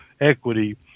equity